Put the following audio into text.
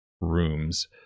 rooms